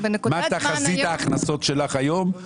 מה תחזית ההכנסות שלך היום?